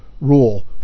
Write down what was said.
rule